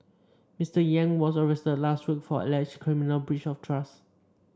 Mister Yang was arrested last week for alleged criminal breach of trust